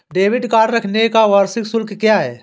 Debit card रखने का वार्षिक शुल्क क्या है?